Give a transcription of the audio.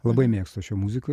labai mėgstu aš jo muziką